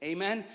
Amen